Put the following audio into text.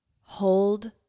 hold